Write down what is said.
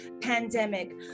pandemic